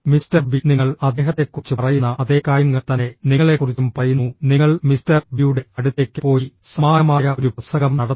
mister B നിങ്ങൾ അദ്ദേഹത്തെക്കുറിച്ച് പറയുന്ന അതേ കാര്യങ്ങൾ തന്നെ നിങ്ങളെക്കുറിച്ചും പറയുന്നു നിങ്ങൾ മിസ്റ്റർ ബിയുടെ അടുത്തേക്ക് പോയി സമാനമായ ഒരു പ്രസംഗം നടത്തുക